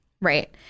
Right